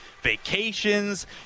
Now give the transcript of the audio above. vacations